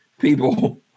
people